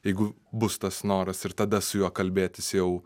jeigu bus tas noras ir tada su juo kalbėtis jau